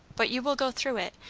but you will go through it,